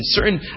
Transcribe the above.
certain